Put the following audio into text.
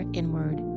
inward